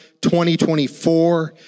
2024